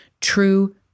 True